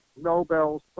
Nobel